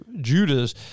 Judas